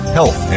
health